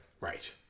Right